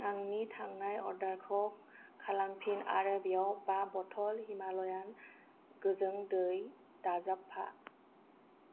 आंनि थांनाय अर्डारखौ खालामफिन आरो बेयाव बा बथल हिमालयान गोजों दै दाजाबफा